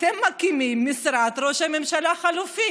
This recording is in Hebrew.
אתם מקימים משרד ראש ממשלה חלופי